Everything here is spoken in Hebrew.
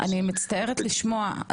מצטערת לשמוע.